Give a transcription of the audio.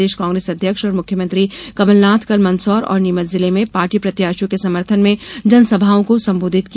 प्रदेश कांग्रेस अध्यक्ष और मुख्यमंत्री कमलनाथ कल मंदसौर और नीमच जिले में पार्टी प्रत्याशियों के समर्थन में जनसभाओं को संबोधित किया